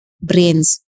brains